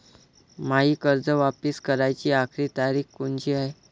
मायी कर्ज वापिस कराची आखरी तारीख कोनची हाय?